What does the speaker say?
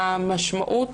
המשמעות